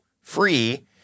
free